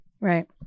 Right